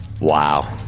Wow